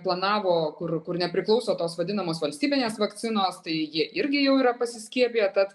planavo kur kur nepriklauso tos vadinamos valstybinės vakcinos tai jie irgi jau yra pasiskiepiję tad